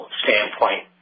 standpoint